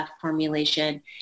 formulation